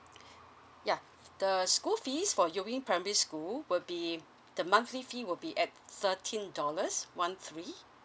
yeah the school fees for you ying primary school will be the monthly fee will be at thirteen dollars one three